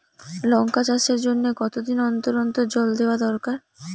লঙ্কা চাষের জন্যে কতদিন অন্তর অন্তর জল দেওয়া দরকার?